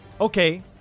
Okay